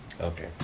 Okay